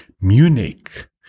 Munich